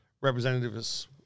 Representatives